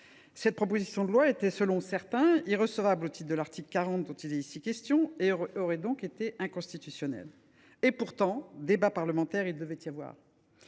Cette proposition de loi était, selon certains, irrecevable au titre de l’article 40, dont il est ici question, et aurait donc été inconstitutionnelle. Et pourtant, il y avait matière